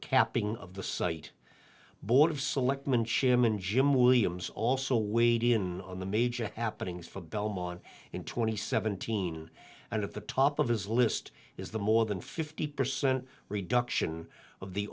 capping of the site board of selectmen chairman jim williams also weighed in on the major happenings from belmont in twenty seventeen and at the top of his list is the more than fifty percent reduction of the